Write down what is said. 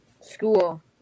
School